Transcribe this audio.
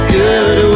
good